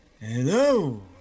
Hello